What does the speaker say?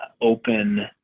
open